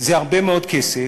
זה הרבה מאוד כסף,